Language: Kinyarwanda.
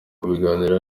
kubiganiraho